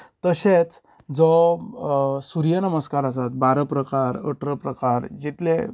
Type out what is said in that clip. तशेंच जो सुर्यनमस्कार आसा बारा प्रकार अठरा प्रकार जितले